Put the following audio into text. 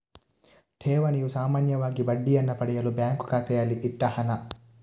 ಠೇವಣಿಯು ಸಾಮಾನ್ಯವಾಗಿ ಬಡ್ಡಿಯನ್ನ ಪಡೆಯಲು ಬ್ಯಾಂಕು ಖಾತೆಯಲ್ಲಿ ಇಟ್ಟ ಹಣ